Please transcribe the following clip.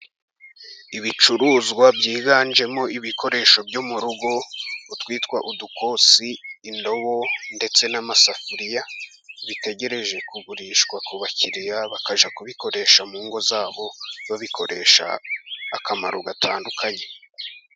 Ibicuruzwa byiganjemo ibikoresho byo mu rugo, utwitwa udukosi, indobo ndetse n'amasafuriya bitegereje kugurishwa ku bakiriya, bakajya kubikoresha mu ngo zabo, babikoresha akamaro gatandukanye.